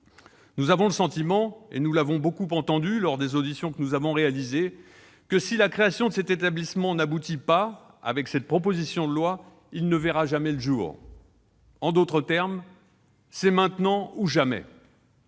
Nous avons le sentiment- et nous l'avons beaucoup entendu dire lors des auditions que nous avons réalisées -que si la création de cet établissement n'aboutit pas avec cette proposition de loi, il ne verra jamais le jour. En d'autres termes, c'est maintenant ou jamais